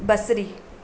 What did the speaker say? बसरी